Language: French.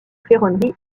ferronnerie